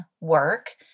work